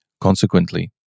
Consequently